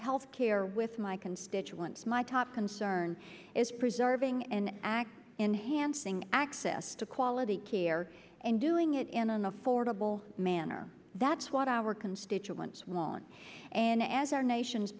health care with my constituents my top concern is preserving an act enhancing access to quality care and doing it in an affordable manner that's what our constituents want and as our nation's